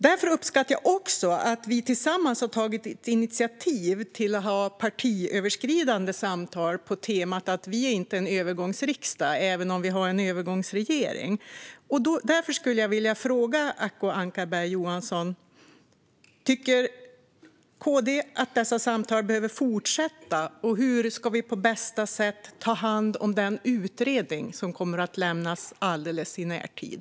Jag uppskattar att vi tillsammans har tagit initiativ till att ha partiöverskridande samtal på temat att vi inte är en övergångsriksdag även om vi har en övergångsregering. Därför skulle jag vilja fråga Acko Ankarberg Johansson: Tycker KD att dessa samtal behöver fortsätta, och hur ska vi på bästa sätt ta hand om den utredning som kommer att lämnas alldeles i närtid?